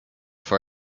for